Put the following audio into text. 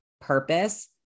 purpose